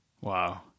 Wow